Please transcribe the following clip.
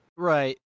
Right